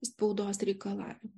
spaudos reikalavimų